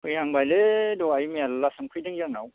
फैहांबायलै दहाय मेरला सोंफैदों जोंनाव